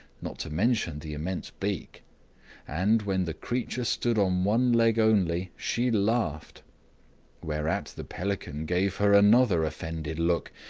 not to mention the immense beak and, when the creature stood on one leg only, she laughed whereat the pelican gave her another offended look,